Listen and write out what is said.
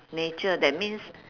nature that means